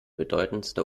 bedeutsamste